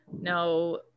No